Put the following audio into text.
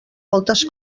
moltes